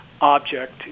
object